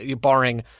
barring